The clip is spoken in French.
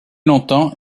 longtemps